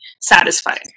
satisfied